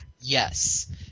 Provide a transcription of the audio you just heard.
yes